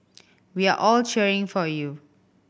we are all cheering for you